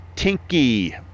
Tinky